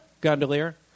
Gondolier